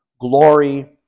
glory